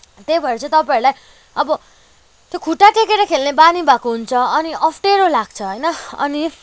त्यही भएर चाहिँ तपाईँहरूलाई अब त्यो खुट्टा टेकेर खेल्ने बानी भएको हुन्छ अनि अप्ठ्यारो लाग्छ होइन अनि